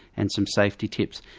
and some safety tips.